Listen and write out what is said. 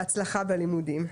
בהצלחה בלימודים.